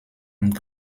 und